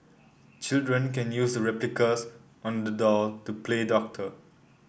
children can use the replicas on the doll to play doctor